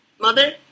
mother